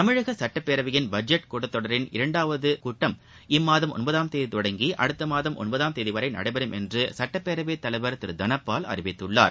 தமிழக சட்டப்பேரவையின் பட்ஜெட் கூட்டத்தொடரின் இரண்டாவது கட்டம் இம்மாதம் ஒன்பதாம் தேதி தொடங்கி அடுத்த மாதம் ஒன்பதாம் தேதி வரை நடைபெறும் என்று சட்டப்பேரவைத் தலைவா் திரு தனபால் அறிவித்துள்ளார்